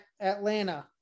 Atlanta